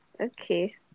okay